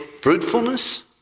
fruitfulness